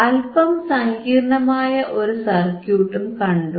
അല്പം സങ്കീർണമായ ഒരു സർക്യൂട്ടും കണ്ടു